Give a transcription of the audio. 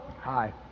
Hi